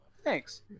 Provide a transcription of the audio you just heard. Thanks